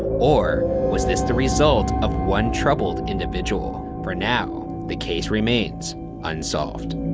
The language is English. or was this the result of one troubled individual? for now, the case remains unsolved.